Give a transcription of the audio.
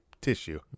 tissue